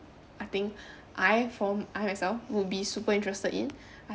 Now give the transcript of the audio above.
I think I for I myself would be super interested in